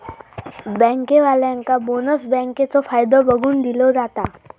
बँकेवाल्यांका बोनस बँकेचो फायदो बघून दिलो जाता